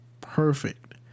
perfect